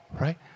right